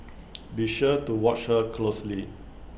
be sure to watch her closely